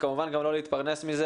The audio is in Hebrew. וכמובן גם לא להתפרנס מזה